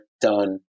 done